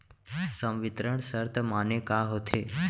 संवितरण शर्त माने का होथे?